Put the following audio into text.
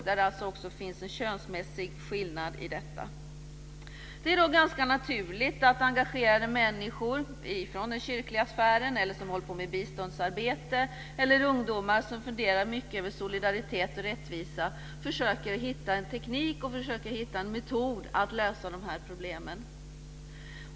Det finns alltså också en könsmässig skillnad i detta sammanhang. Det är ganska naturligt att engagerade människor från den kyrkliga sfären eller i biståndsarbete eller ungdomar som funderar mycket över solidaritet och rättvisa försöker hitta en teknik och en metod för att lösa de här problemen.